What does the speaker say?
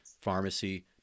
pharmacy